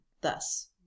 Thus